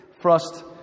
frost